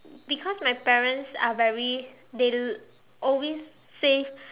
because my parents are very they always save